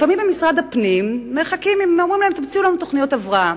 לפעמים במשרד הפנים מחכים ואומרים להם: תמציאו לנו תוכניות הבראה.